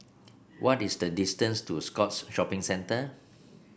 what is the distance to Scotts Shopping Centre